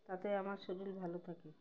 তাতে আমার শরীর ভালো থাকে